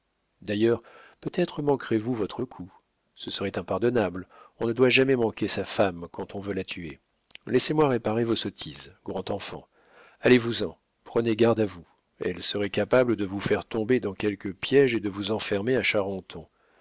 d'ailleurs peut-être manquerez vous votre coup ce serait impardonnable on ne doit jamais manquer sa femme quand on veut la tuer laissez-moi réparer vos sottises grand enfant allez-vous-en prenez garde à vous elle serait capable de vous faire tomber dans quelque piége et de vous enfermer à charenton